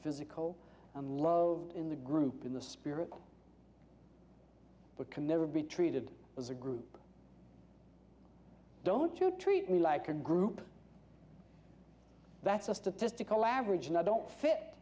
physical and love in the group in the spirit but can never be treated as a group don't you treat me like a group that's a statistical average and i don't fit